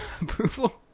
approval